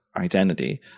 identity